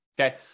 Okay